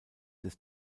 des